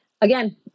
Again